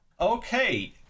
Okay